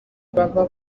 baba